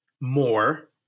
more